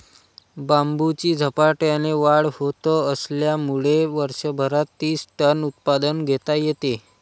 बांबूची झपाट्याने वाढ होत असल्यामुळे वर्षभरात तीस टन उत्पादन घेता येते